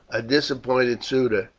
a disappointed suitor,